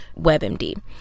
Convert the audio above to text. WebMD